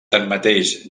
tanmateix